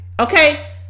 okay